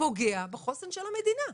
פוגע בחוסן של המדינה.